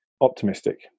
optimistic